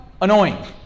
annoying